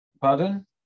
Pardon